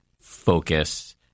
focus